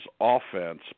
offense